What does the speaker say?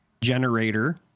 generator